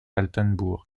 altenbourg